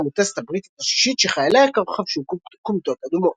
המוטסת הבריטית השישית שחייליה חבשו כומתות אדומות.